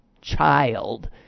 child